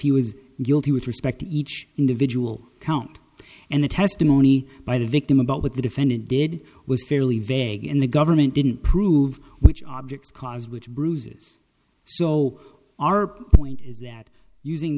he was guilty with respect to each individual count and the testimony by the victim about what the defendant did was fairly vague and the government didn't prove which objects cause which bruises so our point is that using